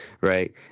right